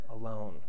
alone